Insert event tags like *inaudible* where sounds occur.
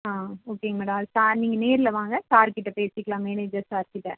ஆ ஓகேங்க மேடோம் *unintelligible* நீங்கள் நேரில் வாங்க சார் கிட்ட பேசிக்கலாம் மேனஜர் சார் கிட்ட